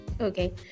Okay